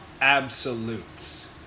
absolutes